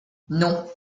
non